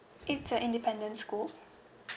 it's a independent school